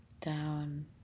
down